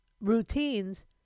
routines